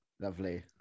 Lovely